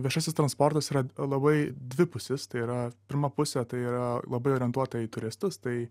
viešasis transportas yra labai dvipusis tai yra pirma pusė tai yra labai orientuota į turistus tai